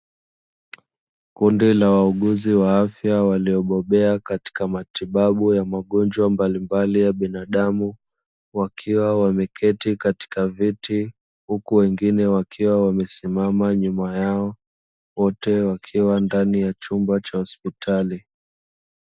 Kundi la wauguzi wa afya waliobobea katika matibabu ya magonjwa mbalimbali ya binadamu, wakiwa wameketi katika viti; huku wengine wakiwa wamesimama nyuma yao wote wakiwa ndani ya chumba cha hospitali.